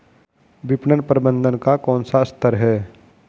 विपणन प्रबंधन का कौन सा स्तर है?